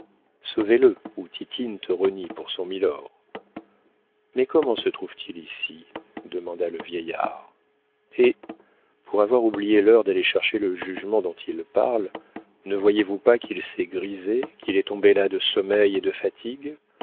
sauvez le ou titine te renie pour son milord mais comment se trouve-t-il ici demanda le vieillard hé pour avoir oublié l'heure d'aller chercher le jugement dont il parle ne voyez-vous pas qu'il s'est grisé qu'il est tombé là de sommeil et de fatigue